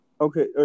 Okay